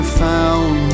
found